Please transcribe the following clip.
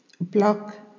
block